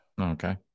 okay